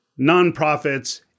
nonprofits